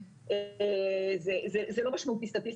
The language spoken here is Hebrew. זה לא משמעותי סטטיסטית.